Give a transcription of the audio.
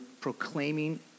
proclaiming